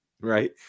right